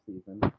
season